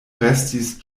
restis